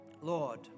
Lord